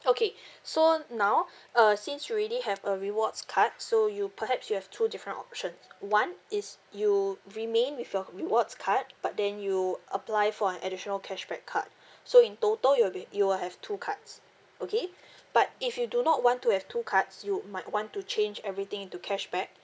okay so now uh since you already have a rewards card so you perhaps you have two different options one is you remain with your rewards card but then you apply for an additional cashback card so in total it will be you will have two cards okay but if you do not want to have two cards you might want to change everything into cashback